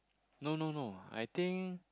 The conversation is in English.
no no no I think